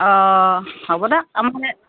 অঁ হব দিয়ক আমাৰ এই